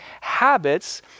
habits